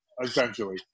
essentially